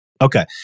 Okay